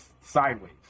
sideways